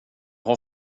har